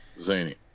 Zany